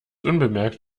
unbemerkt